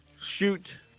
shoot